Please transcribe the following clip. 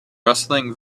rustling